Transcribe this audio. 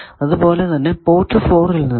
അതുപോലെ തന്നെ പോർട്ട് 4 ൽ നിന്നും